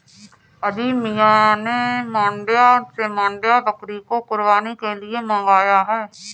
अजीम मियां ने मांड्या से मांड्या बकरी को कुर्बानी के लिए मंगाया है